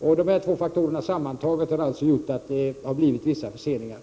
Sammantaget har dessa två faktorer medfört vissa förseningar.